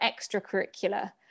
extracurricular